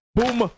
boom